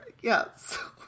yes